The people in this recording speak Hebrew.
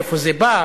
מאיפה זה בא,